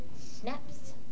Snaps